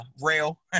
rail